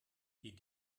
die